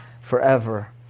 forever